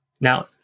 Now